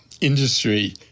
industry